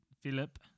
Philip